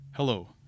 Hello